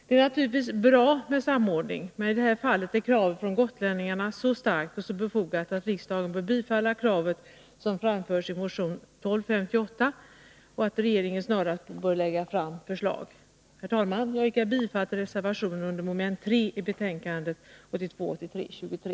Det är naturligtvis bra med samordning, men i det här fallet är kravet från gotlänningarna så starkt och så befogat att riksdagen bör bifalla kravet som framförs i motion 1258 om att regeringen snarast skall lägga fram förslag. Herr talman! Jag yrkar bifall till reservationen vad gäller mom. 3 i socialförsäkringsutskottets betänkande 1982/83:23.